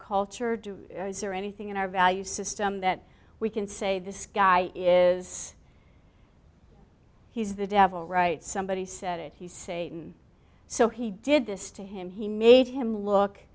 culture do is there anything in our value system that we can say this guy is he's the devil right somebody said it he's satan so he did this to him he made him look